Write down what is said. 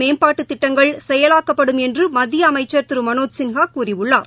மேம்பாட்டுத் திட்டங்கள் செயலாக்கப்படும் என்றுமத்தியஅமைச்சா் திருமனோஜ் சின்ஹாகூறியுள்ளார்